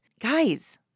Guys